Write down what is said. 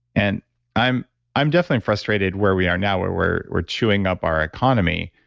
and i'm i'm definitely frustrated where we are now, where where we're chewing up our economy,